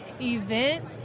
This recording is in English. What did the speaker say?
event